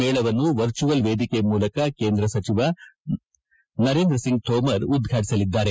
ಮೇಳವನ್ನು ವರ್ಚುವಲ್ ವೇದಿಕೆ ಮೂಲಕ ಕೇಂದ್ರ ಕ್ರಷಿ ಸಚಿವ ನರೇಂದ್ರಸಿಂಗ್ ತೋಮರ್ ಉದ್ಘಾಟಿಸಲಿದ್ದಾರೆ